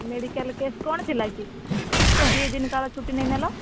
medical case କ'ଣ ଥିଲା କି ଦୁଇଦିନ କାଳ ଛୁଟି ନେଇ ନେଲ